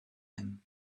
him